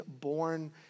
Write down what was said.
born